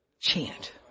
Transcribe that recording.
Chant